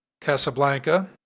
Casablanca